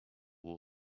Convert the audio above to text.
will